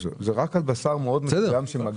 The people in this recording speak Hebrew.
זה רק על בשר מאוד מסוים שמגיע --- בסדר.